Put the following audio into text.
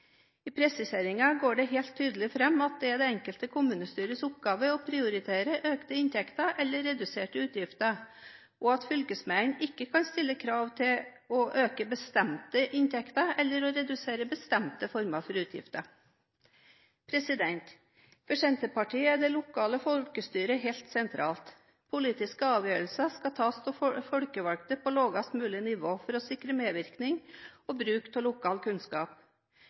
I presiseringen går det helt tydelig fram at det er det enkelte kommunestyrets oppgave å prioritere økte inntekter eller redusere utgifter, og at fylkesmennene ikke kan sette fram krav om å øke bestemte inntekter eller redusere bestemte former for utgifter. For Senterpartiet er det lokale folkestyret helt sentralt. Politiske avgjørelser skal tas av folkevalgte på lavest mulig nivå for å sikre medvirkning og bruk av lokal kunnskap.